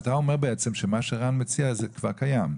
אתה אומר בעצם שמה שרן מציע זה כבר קיים,